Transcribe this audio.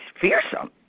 fearsome